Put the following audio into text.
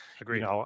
Agreed